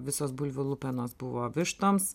visos bulvių lupenos buvo vištoms